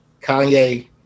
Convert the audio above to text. Kanye